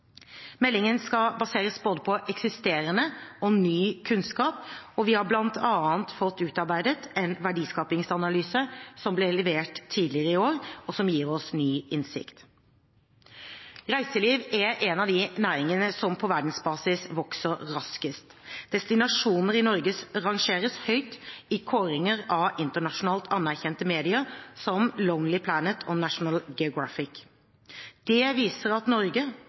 Meldingen skal baseres på både eksisterende og ny kunnskap. Vi har bl.a. fått utarbeidet en verdiskapingsanalyse, som ble levert tidligere i år, og som gir oss ny innsikt. Reiseliv er en av de næringene som på verdensbasis vokser raskest. Destinasjoner i Norge rangeres høyt i kåringer av internasjonalt anerkjente medier som Lonely Planet og National Geographic. Det viser at Norge,